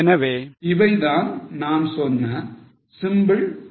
எனவே இவை தான் நான் சொன்ன simple illustrations